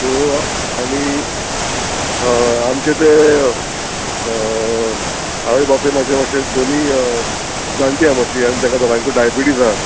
so आनी हय आमचे तें आवय बापूय म्हाजे मातशे दोनीय जाणटी आहा मात्शी आनी तेका दोगांयकूय डायबिटीज आहा